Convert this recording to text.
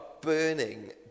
burning